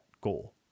goal